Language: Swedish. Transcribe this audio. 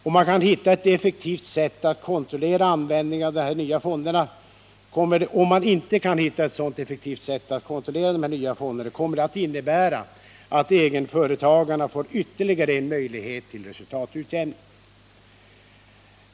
Om man inte kan hitta ett effektivt sätt att kontrollera användningen av dessa nya fonder kommer det att innebära att egenföretagarna får ytterligare en möjlighet till resultatutjämning.